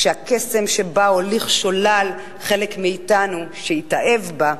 שהקסם שבה הוליך שולל חלק מאתנו שהתאהב בה,